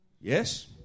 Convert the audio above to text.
Yes